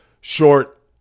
short